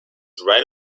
right